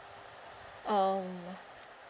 um